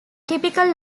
typical